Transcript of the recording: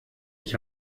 ich